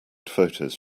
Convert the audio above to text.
photos